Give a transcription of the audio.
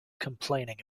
complaining